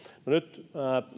no nyt